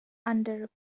under